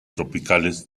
tropicales